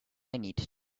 need